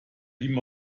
ihm